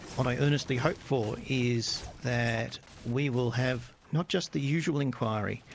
what i earnestly hope for is that we will have not just the usual inquiry,